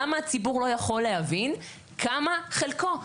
למה הציבור לא יכול להבין כמה חלקו?